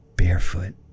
barefoot